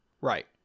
Right